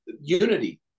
unity